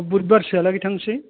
बुधबारसोया लागै थांनोसै